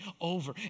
over